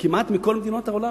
כמעט בכל מדינות העולם.